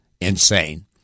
insane